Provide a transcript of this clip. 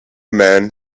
man